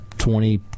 twenty